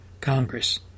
Congress